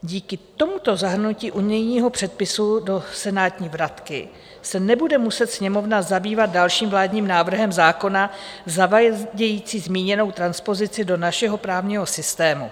Díky tomuto zahrnutí unijního předpisu do senátní vratky se nebude muset Sněmovna zabývat dalším vládním návrhem zákona zavádějícím zmíněnou transpozici do našeho právního systému.